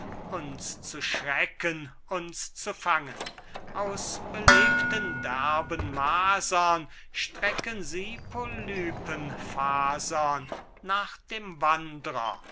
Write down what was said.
uns zu schrecken uns zu fangen aus belebten derben masern stecken sie polypenfasern nach dem wandrer